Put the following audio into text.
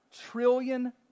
trillion